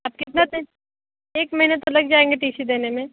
आप कितना दिन एक महीने तो लग जाएंगे टी सी देने में